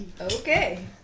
Okay